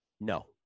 no